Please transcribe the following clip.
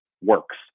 works